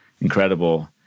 incredible